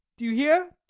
do you hear?